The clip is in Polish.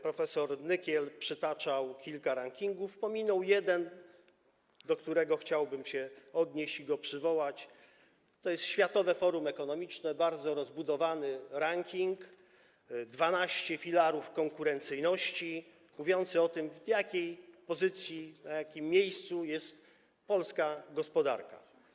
Prof. Nykiel przytaczał kilka rankingów, pominął jeden, do którego chciałbym się odnieść i go przywołać, chodzi o ranking Światowego Forum Ekonomicznego, bardzo rozbudowany ranking, 12 filarów konkurencyjności, mówiący o tym, w jakiej pozycji, na jakim miejscu jest polska gospodarka.